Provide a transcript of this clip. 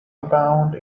abound